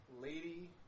Lady